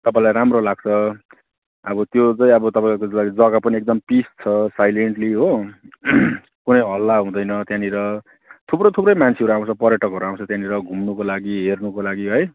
तपाईँलाई राम्रो लाग्छ अब त्यो चाहिँ अब तपाईँलाई जगा पनि अब पिस छ साइलेन्टली हो कुनै हल्ला हुँदैन त्यहाँनेर थुप्रो थुप्रै मान्छेहरू आउँछ पर्यटकहरू आउँछ त्यहाँनेर घुम्नुको लागि हेर्नुको लागि है